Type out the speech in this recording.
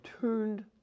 turned